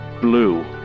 blue